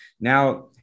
now